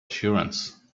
assurance